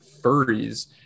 furries